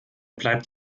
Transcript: bleibt